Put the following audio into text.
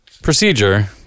Procedure